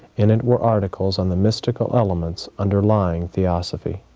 in it were articles on the mystical elements underlying theosophy